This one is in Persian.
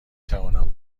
توانم